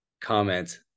comment